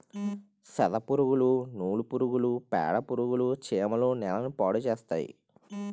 సెదపురుగులు నూలు పురుగులు పేడపురుగులు చీమలు నేలని పాడుచేస్తాయి